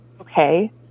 okay